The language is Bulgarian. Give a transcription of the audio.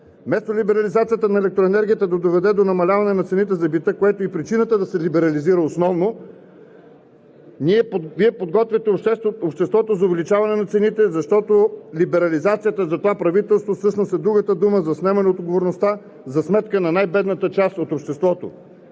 Вместо либерализацията на електроенергията да доведе до намаляване на цените за бита, което е и причината да се либерализира основно, Вие подготвяте обществото за увеличаване на цените, защото либерализацията за това правителство всъщност е другата дума за снемане на отговорността за сметка на най-бедната част от обществото.